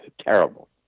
terrible